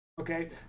okay